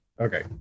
Okay